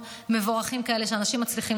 משלמות כדי שבאמת נוכל לשפר את כל תחום